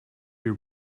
your